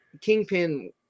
Kingpin